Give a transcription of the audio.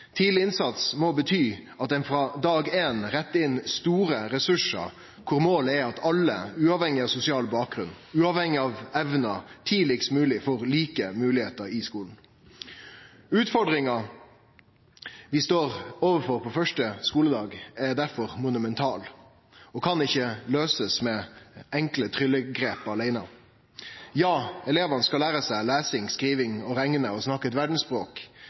må bety at ein frå dag éin rettar inn store ressursar der målet er at alle, uavhengig av sosial bakgrunn og uavhengig av evner, tidlegast mogleg får like moglegheiter i skulen. Utfordringa vi står overfor på første skuledag, er difor monumental og kan ikkje løysast med enkle tryllegrep aleine. Ja, elevane skal lære seg lesing, skriving, å rekne og snakke eit verdsspråk,